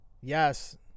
Yes